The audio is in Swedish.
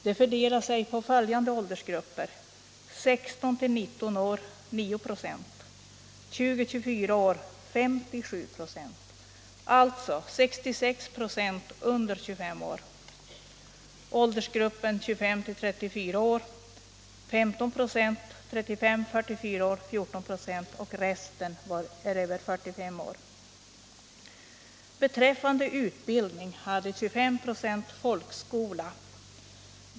De fördelade sig på följande åldersgrupper: 16-19 år 9 96, 20-24 år 57 96 — alltså 66 96 under 25 år —, 25-34 år 15 96, 35-44 år 14 96 och resten över 45 år. Beträffande utbildning hade 25 96 folkskola.